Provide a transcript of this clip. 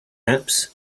apse